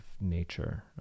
nature